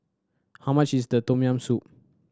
how much is the Tom Yam Soup